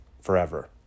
forever